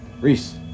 reese